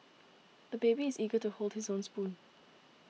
the baby is eager to hold his own spoon